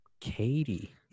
katie